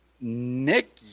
Nick